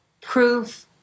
proof